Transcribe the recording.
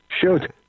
Shoot